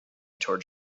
toward